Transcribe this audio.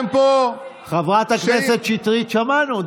חברת הכנסת שטרית, שמענו.